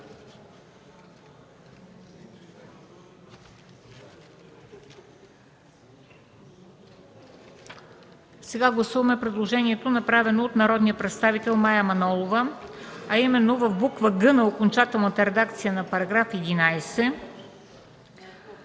Сега гласуваме предложението, направено от народния представител Мая Манолова, а именно в буква „г” от окончателната редакция на § 11